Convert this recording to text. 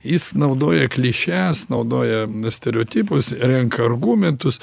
jis naudoja klišes naudoja stereotipus renka argumentus